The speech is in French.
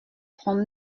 trente